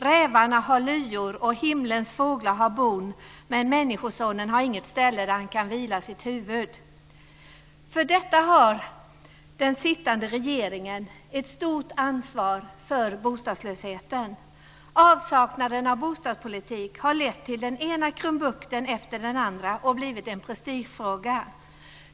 "Rävarna har lyor och himlens fåglar har bon, men människosonen har inget ställe där han kan vila sitt huvud." Den sittande regeringen har ett stort ansvar för bostadslösheten. Avsaknaden av bostadspolitik har lett till den ena krumbukten efter den andra, och det har blivit en prestigefråga.